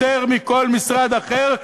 יותר מכל משרד אחר,